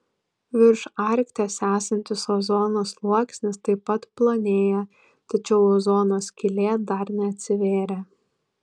virš arkties esantis ozono sluoksnis taip pat plonėja tačiau ozono skylė dar neatsivėrė